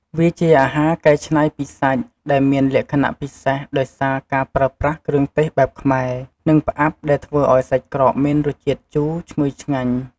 វាជាអាហារកែច្នៃពីសាច់ ដែលមានលក្ខណៈពិសេសដោយសារការប្រើប្រាស់គ្រឿងទេសបែបខ្មែរ និង ផ្អាប់ដែលធ្វើឱ្យសាច់ក្រកមានរសជាតិជូរឈ្ងុយឆ្ងាញ់។